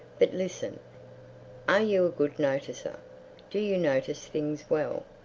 but listen are you a good noticer do you notice things well?